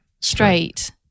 straight